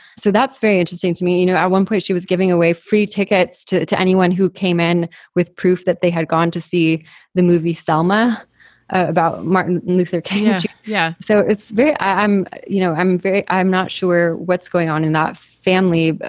so that's very interesting to me. you know at one point, she was giving away free tickets to to anyone who came in with proof that they had gone to see the movie selma about martin luther king yeah. so it's very i'm you know, i'm very i'm not sure what's going on in that family, but